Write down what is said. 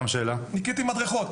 ניקיתי מדרכות.